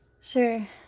sure